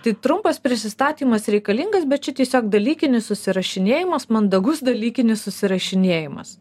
tai trumpas prisistatymas reikalingas bet čia tiesiog dalykinis susirašinėjimas mandagus dalykinis susirašinėjimas